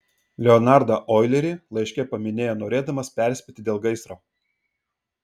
leonardą oilerį laiške paminėjo norėdamas perspėti dėl gaisro